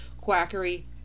quackery